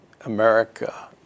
America